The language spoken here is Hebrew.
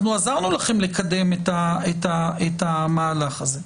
אנחנו עזרנו לכם לקדם את המהלך הזה.